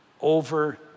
Over